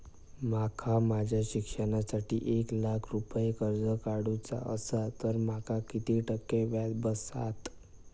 माका माझ्या शिक्षणासाठी एक लाख रुपये कर्ज काढू चा असा तर माका किती टक्के व्याज बसात?